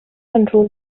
control